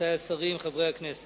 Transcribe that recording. רבותי השרים, חברי הכנסת,